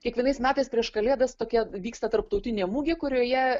kiekvienais metais prieš kalėdas tokia vyksta tarptautinė mugė kurioje